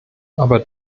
aber